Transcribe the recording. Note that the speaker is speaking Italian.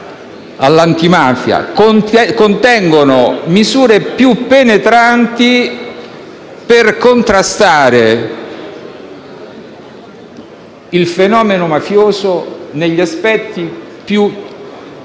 all'antimafia, contengono disposizioni più penetranti per contrastare il fenomeno mafioso negli aspetti più